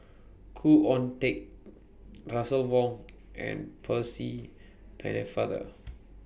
Khoo Oon Teik Russel Wong and Percy Pennefather